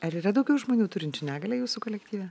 ar yra daugiau žmonių turinčių negalią jūsų kolektyve